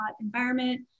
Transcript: environment